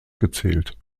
gezählt